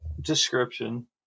description